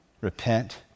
repent